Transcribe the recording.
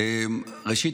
ראשית,